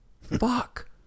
Fuck